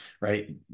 right